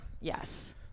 Yes